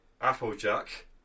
Applejack